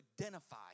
identify